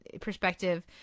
perspective